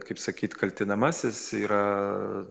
kaip sakyt kaltinamasis yra